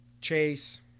Chase